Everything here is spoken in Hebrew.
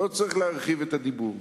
לא צריך להרחיב את הדיבור.